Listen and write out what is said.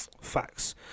facts